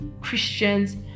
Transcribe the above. Christians